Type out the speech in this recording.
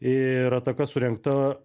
ir ataka surengta